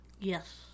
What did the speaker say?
Yes